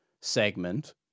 segment